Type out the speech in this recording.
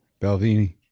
belvini